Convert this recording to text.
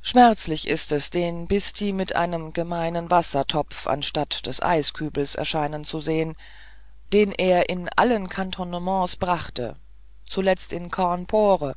schmerzlich ist es den bhisti mit einem gemeinen wassertopf anstatt des eiskübels erscheinen zu sehen den er in allen kantonnements brachte zuletzt in cawnpore